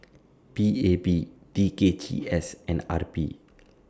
P A P T K G S and R P